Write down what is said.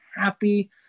happy